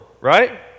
right